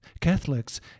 Catholics